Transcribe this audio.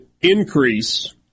increase